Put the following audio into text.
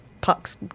Puck's